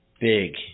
Big